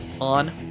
on